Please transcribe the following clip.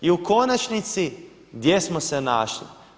I u konačnici gdje smo se našli?